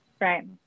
Right